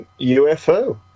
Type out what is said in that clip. UFO